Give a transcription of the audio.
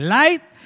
light